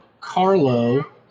Carlo